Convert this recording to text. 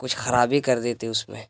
کچھ خرابی کر دی تھی اس میں